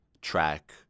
track